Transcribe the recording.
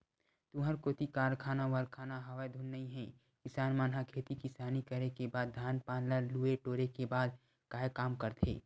तुँहर कोती कारखाना वरखाना हवय धुन नइ हे किसान मन ह खेती किसानी करे के बाद धान पान ल लुए टोरे के बाद काय काम करथे?